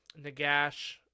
nagash